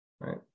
right